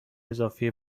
اضافه